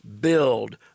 build